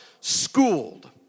schooled